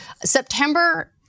September